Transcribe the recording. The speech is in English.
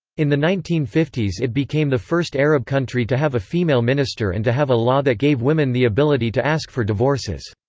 in the nineteen fifty s it became the first arab country to have a female minister and to have a law that gave women the ability to ask for divorces.